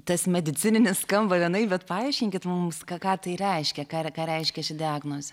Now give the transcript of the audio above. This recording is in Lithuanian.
tas medicininis skamba vienaip bet paaiškinkit mums ką ką tai reiškia ką reiškia ši diagnozė